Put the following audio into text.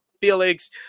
felix